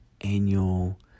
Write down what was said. annual